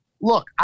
look